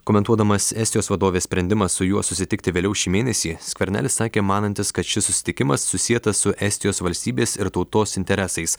komentuodamas estijos vadovės sprendimą su juo susitikti vėliau šį mėnesį skvernelis sakė manantis kad šis susitikimas susietas su estijos valstybės ir tautos interesais